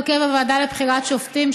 הרכב הוועדה לבחירת שופטים),